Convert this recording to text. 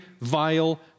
vile